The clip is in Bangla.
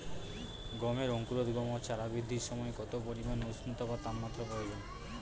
গমের অঙ্কুরোদগম ও চারা বৃদ্ধির সময় কত পরিমান উষ্ণতা বা তাপমাত্রা প্রয়োজন?